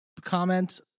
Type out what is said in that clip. comment